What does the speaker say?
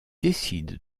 décide